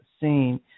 seen